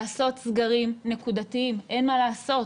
לעשות סגרים נקודתיים, אין מה לעשות,